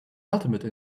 ultimate